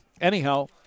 Anyhow